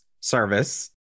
service